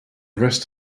rest